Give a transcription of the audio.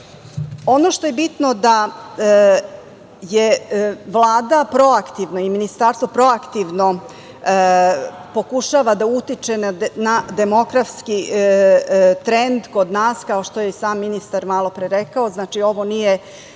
što je bitno je da Vlada proaktivno i ministarstvo proaktivno pokušava da utiče na demografski trend kod nas kao što je i sam ministar malopre rekao. Znači, ovo nije